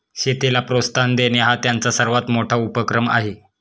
शेतीला प्रोत्साहन देणे हा त्यांचा सर्वात मोठा उपक्रम आहे